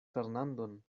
fernandon